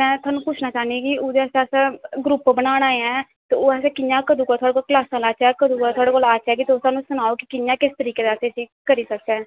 में थुहानू पुच्छना चाह्नीं कि ओह्दे आस्तै असें ग्रूप बनाना ऐ ते ओह्दे आस्तै क्लॉसां करचै ते तुस सानूं सनाओ की किस तरीकै दा असें इसी करी सकचै